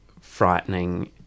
frightening